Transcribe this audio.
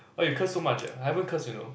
!wah! you curse so much eh I haven't curse you know